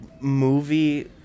movie